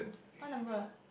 what number ah